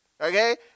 Okay